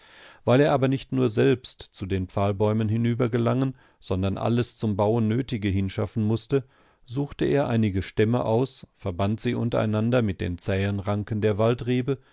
weil er aber nicht nur selbst zu den pfahlbäumen hinübergelangen sondern alles zum bauen nötige hinschaffen mußte suchte er einige stämme aus verband sie untereinander mit den zähen ranken der